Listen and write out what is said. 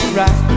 right